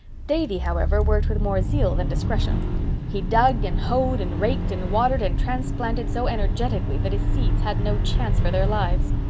davy, however, worked with more zeal than discretion he dug and hoed and raked and watered and transplanted so energetically that his seeds had no chance for their lives.